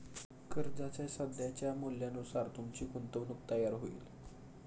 कर्जाच्या सध्याच्या मूल्यानुसार तुमची गुंतवणूक तयार होईल